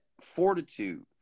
fortitude